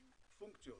הפונקציות